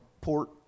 Port